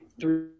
three